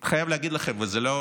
חייב להגיד לכם, ואת זה לא